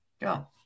Go